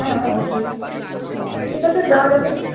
হ্যাঁ অবশ্যই ঠিক আছে যাওয়া যাবে